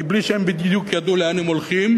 מבלי שהם בדיוק ידעו לאן הם הולכים.